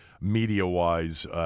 media-wise